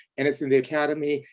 and it's in the academy,